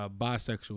bisexual